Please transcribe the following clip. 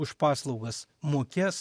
už paslaugas mokės